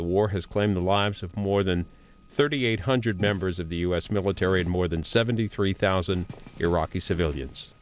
the war has claimed the lives of more than thirty eight hundred members of the u s military and more than seventy three thousand iraqi civilians